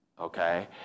okay